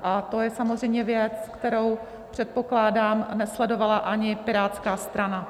A to je samozřejmě věc, kterou, předpokládám, nesledovala ani Pirátská strana.